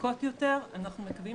הדוקות יותר, אנחנו מקווים